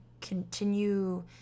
continue